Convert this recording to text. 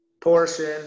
portion